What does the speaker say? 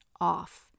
off